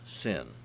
sin